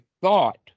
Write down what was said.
thought